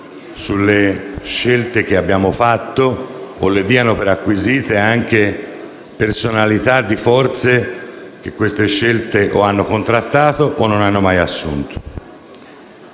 sulle scelte che abbiamo fatto o le diano per acquisite anche personalità di forze che queste scelte hanno contrastate o non hanno mai assunte.